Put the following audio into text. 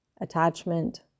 attachment